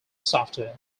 software